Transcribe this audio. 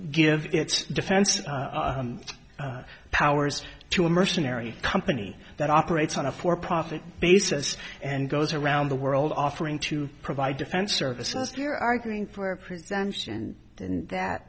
give its defense powers to a mercenary company that operates on a for profit basis and goes around the world offering to provide defense services you're arguing for prevention and that